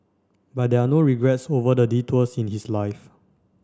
but there are no regrets over the detours in his life